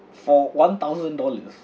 for one thousand dollars